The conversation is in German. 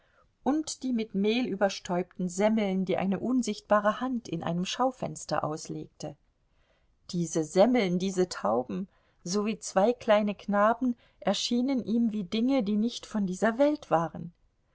und die mit mehl überstäubten semmeln die eine unsichtbare hand in einem schaufenster auslegte diese semmeln diese tauben sowie zwei kleine knaben erschienen ihm wie dinge die nicht von dieser welt waren